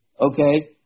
okay